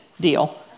deal